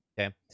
Okay